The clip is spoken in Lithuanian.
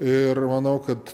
ir manau kad